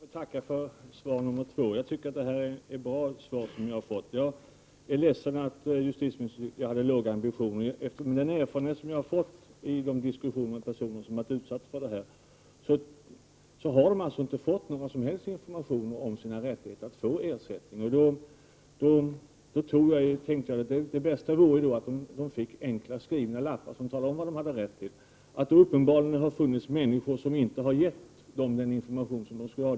Herr talman! Jag får tacka även för svaren i inlägget. Jag tycker att jag har fått bra svar. Men jag är ledsen att justitieministern tycker att jag har låga ambitioner. Med den erfarenhet som jag har efter diskussioner med personer som har utsatts för sådant som jag nämnt i min interpellation vet jag att dessa personer inte har fått någon som helst information om sina rättigheter när det gäller att få ersättning. Därför tycker jag att det bästa vore att de får enkla lappar där det står vad de har rätt till. Uppenbarligen har det förekommit att personer inte har fått den information som de borde få.